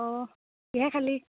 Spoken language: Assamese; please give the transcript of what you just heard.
অঁ কিহেৰে খালী